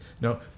no